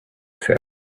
said